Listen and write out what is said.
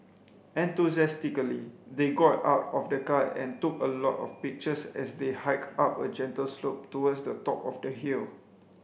enthusiastically they got out of the car and took a lot of pictures as they hiked up a gentle slope towards the top of the hill